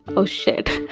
oh, shit,